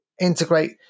integrate